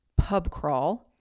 pubcrawl